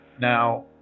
Now